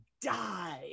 die